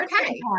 okay